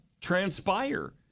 transpire